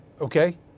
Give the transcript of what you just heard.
Okay